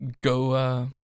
go